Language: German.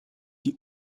die